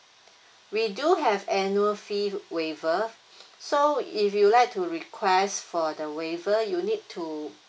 we do have annual fee waver so if you like to request for the waiver you need to